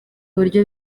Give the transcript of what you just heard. uburyo